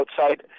outside